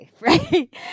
right